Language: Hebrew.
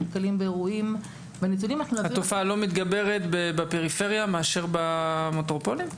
התופעה לא מתגברת בפריפריה, לעומת המטרופולין?